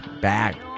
back